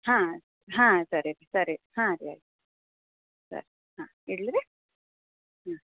ಹಾಂ ಹಾಂ ಸರಿ ರೀ ಸರಿ ಹಾಂ ಸರಿ ಸರಿ ಹಾಂ ಇಡಲಿ ರೀ ಹ್ಞೂ